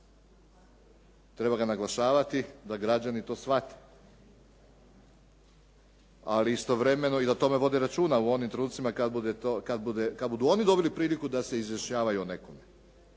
Treba ga naglašavati da građani to shvate, ali istovremeno i da o tome vode računa u onim trenucima kad budu oni dobili priliku da se izjašnjavaju o nekome.